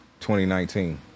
2019